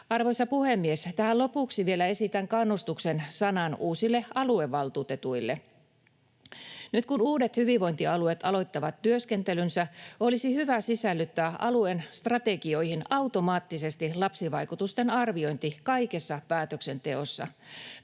Arvoisa puhemies! Tähän lopuksi vielä esitän kannustuksen sanan uusille aluevaltuutetuille. Nyt kun uudet hyvinvointialueet aloittavat työskentelynsä, olisi hyvä sisällyttää alueen strategioihin automaattisesti lapsivaikutusten arviointi kaikessa päätöksenteossa.